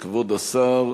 כבוד השר,